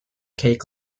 cake